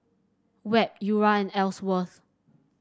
Webb Eura and Ellsworth